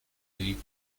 league